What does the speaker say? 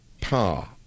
par